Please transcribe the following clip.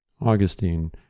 Augustine